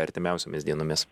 artimiausiomis dienomis